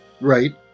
right